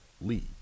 Lee